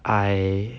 I